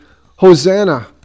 Hosanna